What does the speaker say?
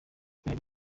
kubera